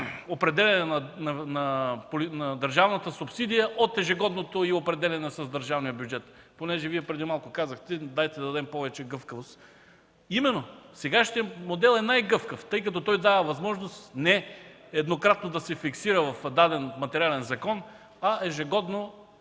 определяне на държавната субсидия от ежегодното й определяне с държавния бюджет. Понеже Вие преди малко казахте да дадем повече гъвкавост, а именно сегашният модел е най-гъвкав, тъй като той дава възможност не еднократно да се фиксира в даден материален закон, а ежегодно